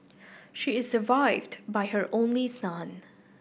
she is survived by her only son